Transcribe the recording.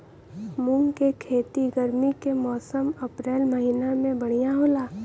मुंग के खेती गर्मी के मौसम अप्रैल महीना में बढ़ियां होला?